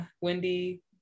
Wendy